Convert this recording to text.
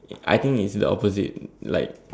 I think it's the opposite like